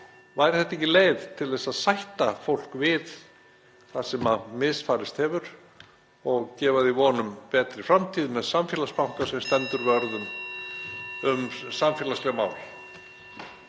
Væri það ekki leið til að sætta fólk við það sem misfarist hefur að gefa því von um betri framtíð með samfélagsbanka sem stendur vörð um samfélagsleg mál?